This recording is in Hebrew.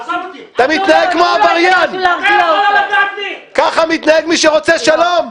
לא צריך לזרוע הרג, לא צריך לזרוע מוות,